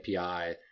api